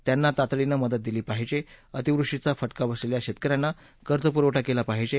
त्यांना तातडीनं मदत दिली पाहिजे अतिवृष्टीचा फटका बसलेल्या शेतक यांना कर्जपुरवठा केला पाहिजे